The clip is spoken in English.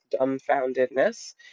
dumbfoundedness